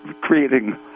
creating